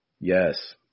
Yes